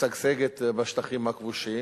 משגשגת בשטחים הכבושים,